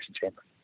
chamber